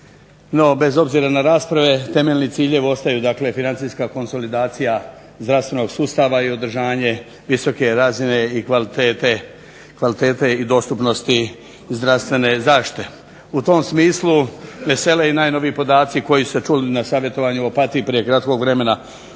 bez obzira na rasprave temeljni ciljevi ostaju dakle financijska konsolidacija zdravstvenog sustava i održanje visoke razine i kvalitete i dostupnosti zdravstvene zaštite. U tom smislu vesele i najnoviji podaci koji su se čuli na savjetovanju u Opatiji prije kratkog vremena